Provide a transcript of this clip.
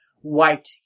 white